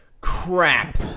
crap